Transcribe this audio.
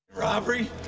Robbery